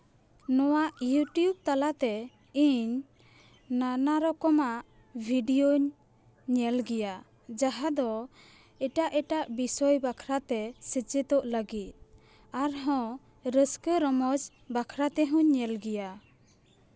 ᱱᱚᱣᱟ YouTube ᱛᱟᱞᱟᱛᱮ ᱤᱧ ᱱᱟᱱᱟ ᱨᱚᱠᱚᱢᱟᱜ ᱵᱷᱤᱰᱭᱳᱧ ᱧᱮᱞ ᱜᱮᱭᱟ ᱡᱟᱦᱟᱸ ᱫᱚ ᱮᱴᱟᱜ ᱮᱴᱟᱜ ᱵᱤᱥᱚᱭ ᱵᱟᱠᱷᱨᱟ ᱛᱮ ᱥᱮᱪᱮᱫᱚᱜ ᱞᱟᱹᱜᱤᱫ ᱟᱨᱦᱚᱸ ᱨᱟᱹᱥᱠᱟᱹ ᱨᱚᱢᱚᱡᱽ ᱵᱟᱠᱷᱨᱟ ᱛᱮᱦᱚᱸᱧ ᱧᱮᱞ ᱜᱮᱭᱟ